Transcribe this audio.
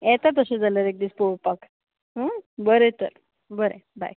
येता तशें जाल्यार एकदीस पळोवपाक बरें तर बरें बाय